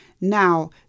Now